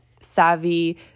savvy